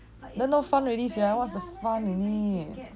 then not fun already sia